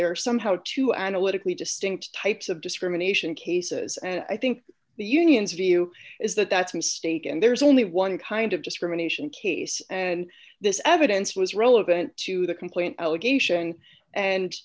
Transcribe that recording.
they are somehow to analytically distinct types of discrimination cases and i think the unions view is that that's a mistake and there's only one kind of discrimination case and this evidence was relevant to the complaint allegation and